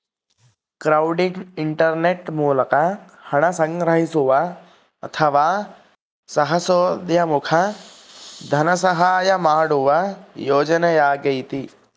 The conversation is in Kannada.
ಕ್ರೌಡ್ಫಂಡಿಂಗ್ ಇಂಟರ್ನೆಟ್ ಮೂಲಕ ಹಣ ಸಂಗ್ರಹಿಸುವ ಅಥವಾ ಸಾಹಸೋದ್ಯಮುಕ್ಕ ಧನಸಹಾಯ ಮಾಡುವ ಯೋಜನೆಯಾಗೈತಿ